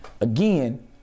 again